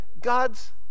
God's